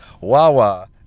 wawa